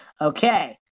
Okay